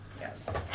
yes